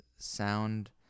Sound